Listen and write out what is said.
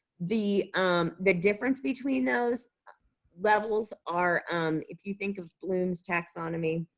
the um the difference between those levels are if you think of bloom's taxonomy,